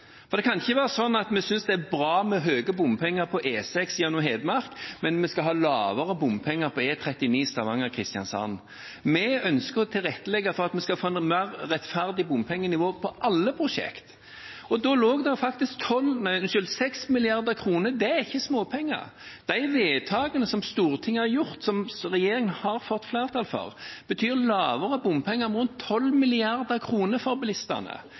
for det kan ikke være slik at vi synes det er bra med høye bompenger på E6 gjennom Hedmark, mens vi skal ha lavere bompengetakster på E39 Stavanger–Kristiansand. Vi ønsker å tilrettelegge for at vi skal få et mer rettferdig bompengenivå på alle prosjekt, og der lå faktisk 6 mrd. kr. Det er ikke småpenger. De vedtakene som Stortinget har gjort, og som regjeringen har fått flertall for, betyr rundt 12 mrd. kr mindre i bompenger for bilistene.